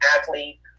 athlete